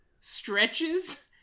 Stretches